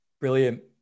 Brilliant